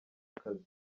akazi